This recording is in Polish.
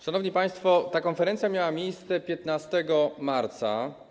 Szanowni państwo, ta konferencja miała miejsce 15 marca.